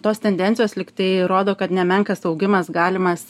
tos tendencijos lyg tai rodo kad nemenkas augimas galimas